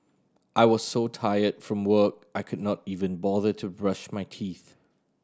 I was so tired from work I could not even bother to brush my teeth